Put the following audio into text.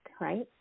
right